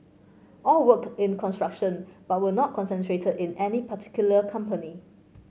all worked in construction but were not concentrated in any particular company